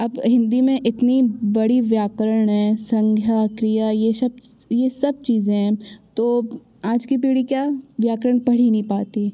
अब हिंदी में इतना बड़ा व्याकरण है संज्ञा क्रिया यह सब यह सब चीज़ें हैं तो आज की पीढ़ी क्या व्याकरण पढ़ ही नहीं पाती